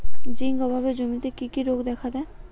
Zinc অভাবে জমিতে কি কি রোগ দেখাদেয়?